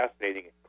fascinating